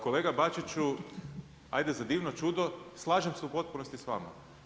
Kolega Bačiću, ajde za divno čudo slažem se u potpunosti s vama.